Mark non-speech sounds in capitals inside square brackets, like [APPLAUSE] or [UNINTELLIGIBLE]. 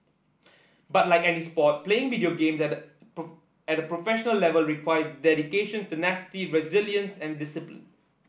but like any sport playing video games at the [UNINTELLIGIBLE] at a professional level require dedication tenacity resilience and discipline